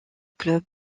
club